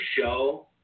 show